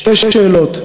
שתי שאלות,